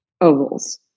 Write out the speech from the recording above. ovals